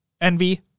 Envy